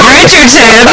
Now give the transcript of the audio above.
Richardson